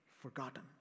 Forgotten